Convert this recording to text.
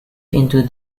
into